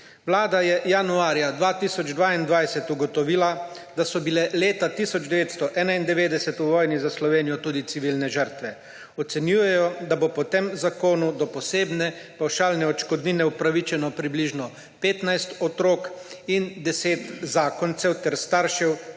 Vlada je januarja 2022 ugotovila, da so bile leta 1991 v vojni za Slovenijo tudi civilne žrtve. Ocenjujejo, da bo po tem zakonu do posebne pavšalne odškodnine upravičenih približno 15 otrok in 10 zakoncev ter staršev